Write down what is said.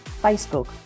Facebook